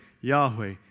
Yahweh